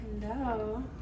hello